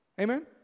Amen